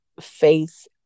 faith